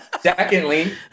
Secondly